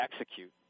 execute